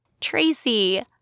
Tracy